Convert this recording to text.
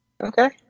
Okay